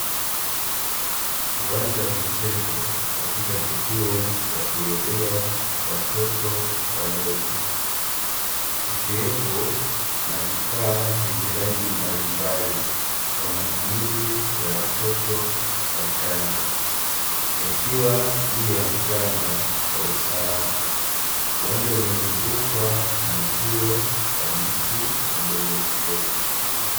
Uwanja wa michezo, katika kituo cha kulelea watoto wadogo, kukiwepo na vifaa vyenye rangi mbalimbali kwa matumizi ya watoto wachanga, yakiwa juu ya mchanga kwa usalama. Uwanja umezungukwa na uzio wa miti midogomidogo.